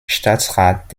staatsrat